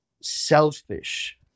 selfish